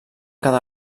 cada